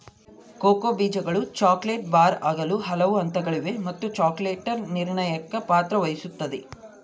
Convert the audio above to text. cocoa ಬೀಜಗಳು chocolate bar ಆಗಲು ಹಲವು ಹಂತಗಳಿವೆ ಮತ್ತು ಚಾಕೊಲೇಟರ್ ನಿರ್ಣಾಯಕ ಪಾತ್ರ ವಹಿಸುತ್ತದ